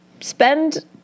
spend